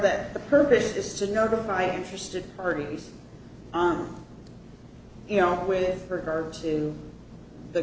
that the purpose is to notify interested parties you know with regard to the